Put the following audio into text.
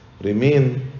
remain